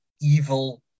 evil